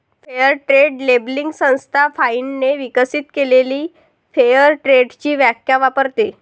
fair trade labelling संस्था फाइनने विकसित केलेली फेअर ट्रेडची व्याख्या वापरते